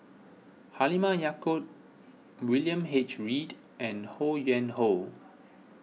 Halimah Yacob William H Read and Ho Yuen Hoe